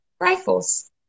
rifles